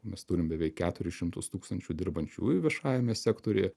mes turim beveik keturis šimtus tūkstančių dirbančiųjų viešajame sektoriuje